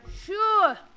Sure